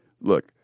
look